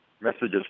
messages